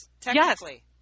technically